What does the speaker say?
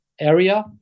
area